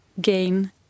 gain